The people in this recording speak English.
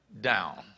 down